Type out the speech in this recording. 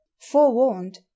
Forewarned